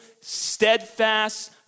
steadfast